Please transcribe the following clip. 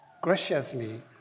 graciously